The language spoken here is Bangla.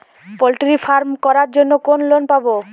পলট্রি ফার্ম করার জন্য কোন লোন পাব?